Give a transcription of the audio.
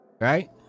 Right